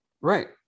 Right